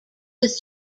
was